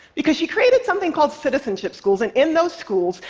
because she created something called citizenship schools. and in those schools,